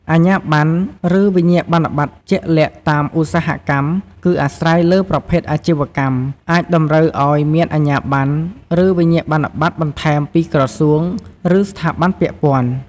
អាជ្ញាប័ណ្ណ ឬវិញ្ញាបនបត្រជាក់លាក់តាមឧស្សាហកម្ម គឺអាស្រ័យលើប្រភេទអាជីវកម្ម អាចតម្រូវឱ្យមានអាជ្ញាប័ណ្ណ ឬវិញ្ញាបនបត្របន្ថែមពីក្រសួង ឬស្ថាប័នពាក់ព័ន្ធ។